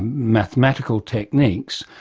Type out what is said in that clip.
mathematical techniques,